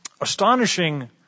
astonishing